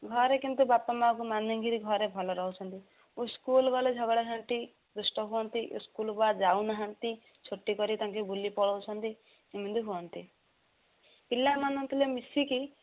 ଘରେ କିନ୍ତୁ ବାପା ମାଆଙ୍କୁ ମାନିକିରି ଘରେ ଭଲ ରହୁଛନ୍ତି ଓ ସ୍କୁଲ ଗଲେ ଝଗଡ଼ାଝାଟି କରନ୍ତି ଦୁଷ୍ଟ ହୁଅନ୍ତି ସ୍କୁଲ ବା ଯାଉନାହାନ୍ତି ଛୁଟି କରି ତାଙ୍କ ବୁଲି ପଳଉଛନ୍ତି ଏମିତି ହୁଅନ୍ତି ପିଲାମାନେ ଥିଲେ ମିଶିକି